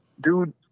Dude